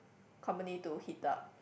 company to heat up